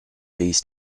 these